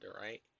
right